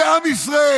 זה עם ישראל,